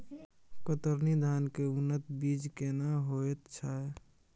कतरनी धान के उन्नत बीज केना होयत छै?